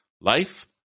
life